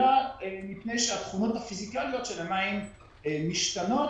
אלא מפני שהתכונות הפיסיקליות של המים משתנות